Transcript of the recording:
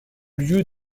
lieu